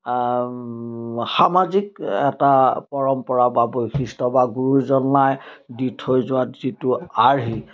সামাজিক এটা পৰম্পৰা বা বৈশিষ্ট্য বা গুৰুজনাই দি থৈ যোৱা যিটো আৰ্হি